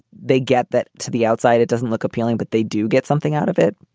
they get that to the outside. it doesn't look appealing, but they do get something out of it